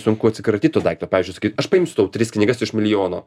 sunku atsikratyt to daikto pavyzdžiui sakai aš paimsiu tau tris knygas iš milijono